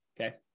Okay